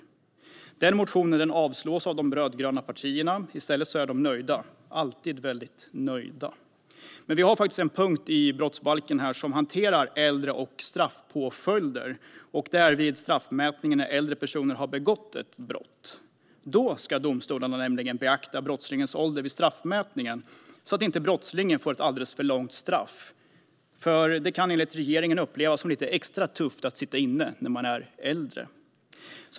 De rödgröna partierna yrkar avslag på de motionerna. I stället är de alltid nöjda. Det finns faktiskt en punkt i brottsbalken som hanterar äldre och straffpåföljder, bland annat straffmätningen när äldre personer har begått ett brott. Då ska domstolarna beakta brottslingens ålder vid straffmätningen så att brottslingen inte får ett alldeles för långt straff. Det kan enligt regeringen upplevas som lite extra tufft att sitta inne när man är äldre.